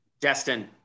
Destin